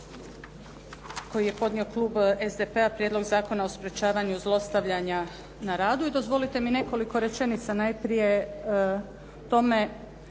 koji je podnio Klub SDP-a, Prijedlog zakona o sprječavanju zlostavljanja na radu